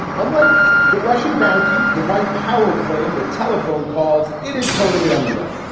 unlike the russian bounty's the white power claim that telephone calls it is totally unreal.